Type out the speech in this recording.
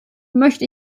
möchte